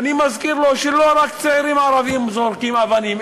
ואני מזכיר לו שלא רק צעירים ערבים זורקים אבנים,